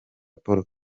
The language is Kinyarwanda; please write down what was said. paul